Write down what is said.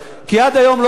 כי עד היום לא הייתם.